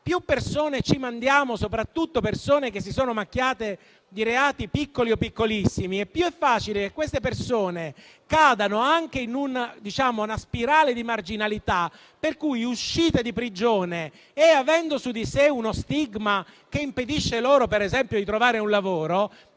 Più persone ci mandiamo, soprattutto persone che si sono macchiate di reati piccoli o piccolissimi, e più è facile che queste persone cadano in una spirale di marginalità e, uscite di prigione, avendo su di sé uno stigma che impedisce loro per esempio di trovare un lavoro,